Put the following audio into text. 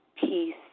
peace